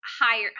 higher